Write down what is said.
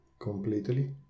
completely